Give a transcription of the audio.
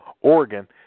Oregon